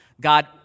God